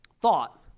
thought